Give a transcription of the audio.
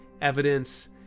Evidence